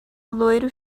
loiro